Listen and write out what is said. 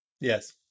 Yes